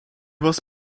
was